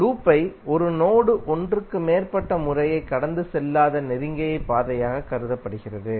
லூப்பை ஒரு நோடு ஒன்றுக்கு மேற்பட்ட முறை கடந்து செல்லாத நெருங்கிய பாதையாக கருதப்படுகிறது